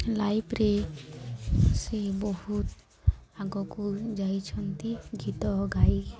ଲାଇଫରେ ସେ ବହୁତ ଆଗକୁ ଯାଇଛନ୍ତି ଗୀତ ଗାଇ